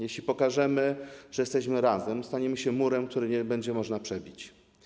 Jeśli pokażemy, że jesteśmy razem, staniemy się murem, którego nie będzie można przebić.